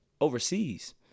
overseas